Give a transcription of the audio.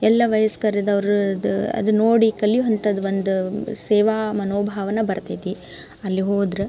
ಎಲ್ಲ ವಯಸ್ಕರಿದ್ದವರು ಅದು ಅದು ನೋಡಿ ಕಲ್ಯುವಂಥದ್ ಒಂದು ಸೇವಾ ಮನೋಭಾವ್ನೆ ಬರ್ತೈತಿ ಅಲ್ಲಿ ಹೋದ್ರೆ